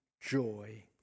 joy